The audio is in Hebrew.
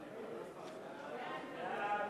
מי נגד?